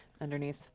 underneath